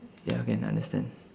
ya can understand